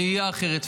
ראייה אחרת,